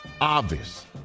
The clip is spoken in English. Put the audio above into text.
obvious